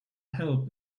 help